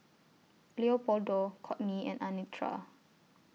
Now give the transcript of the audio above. Leopoldo Kortney and Anitra